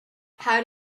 how